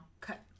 cut